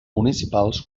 municipals